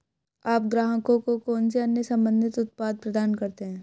आप ग्राहकों को कौन से अन्य संबंधित उत्पाद प्रदान करते हैं?